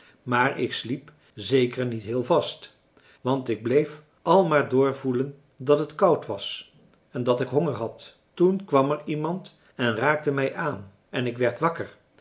maar ik sliep zeker niet heel vast want ik bleef al maar door voelen dat het koud was en dat ik honger had toen kwam er iemand en raakte mij aan en ik werd wakker